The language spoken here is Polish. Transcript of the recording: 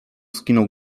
skinął